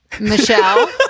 Michelle